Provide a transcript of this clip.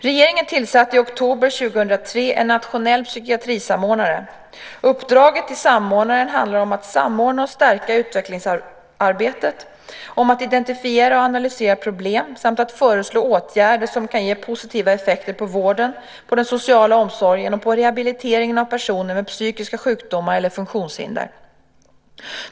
Regeringen tillsatte i oktober 2003 en nationell psykiatrisamordnare. Uppdraget till samordnaren handlar om att samordna och stärka utvecklingsarbetet, identifiera och analysera problem samt att föreslå åtgärder som kan ge positiva effekter på vården, den sociala omsorgen och rehabiliteringen av personer med psykiska sjukdomar eller funktionshinder.